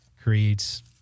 creates